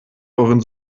euren